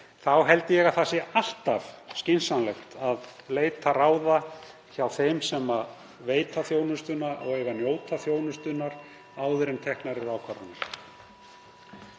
þá held ég að það sé alltaf skynsamlegt að leita ráða hjá þeim sem veita þjónustuna og eiga að njóta þjónustunnar áður en ákvarðanir